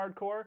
hardcore